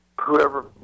Whoever